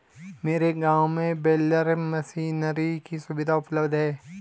मेरे गांव में बेलर मशीनरी की सुविधा उपलब्ध है